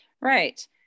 Right